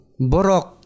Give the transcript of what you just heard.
borok